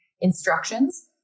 instructions